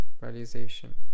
realization